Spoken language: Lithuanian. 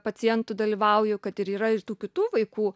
pacientų dalyvauju kad ir yra ir tų kitų vaikų